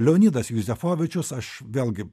leonidas juzefovičius aš vėlgi